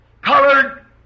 colored